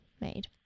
made